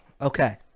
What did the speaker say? okay